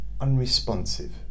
unresponsive